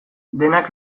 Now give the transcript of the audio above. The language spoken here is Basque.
denak